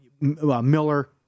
Miller